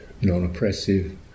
non-oppressive